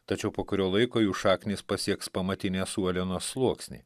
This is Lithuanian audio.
tačiau po kurio laiko jų šaknys pasieks pamatinės uolienos sluoksnį